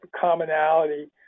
commonality